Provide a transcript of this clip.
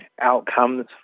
outcomes